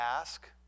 ask